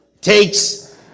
takes